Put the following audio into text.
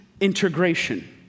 integration